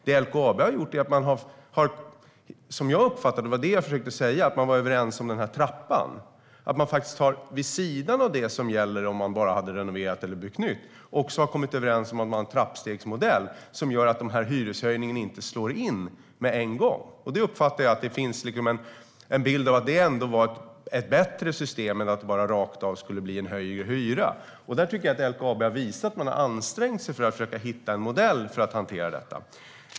Det LKAB har gjort är att man, som jag uppfattade det och försökte säga, har kommit överens om den här trappan. Vid sidan av det som gäller om man bara hade renoverat eller byggt nytt har man också kommit överens om att ha en trappstegsmodell som gör att hyreshöjningen inte slår in med en gång. Jag uppfattar att det finns en bild av att det ändå var ett bättre system än att det bara rakt av skulle bli en högre hyra. Jag tycker att LKAB har visat att man har ansträngt sig för att försöka hitta en modell för att hantera detta.